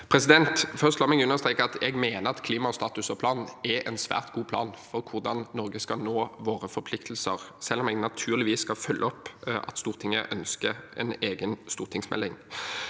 La meg først understreke at jeg mener at klimastatus og -plan er en svært god plan for hvordan Norge skal nå sine forpliktelser, selv om jeg naturligvis skal følge opp at Stortinget ønsker en egen stortingsmelding.